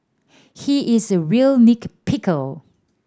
he is a real nit picker